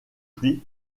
pluies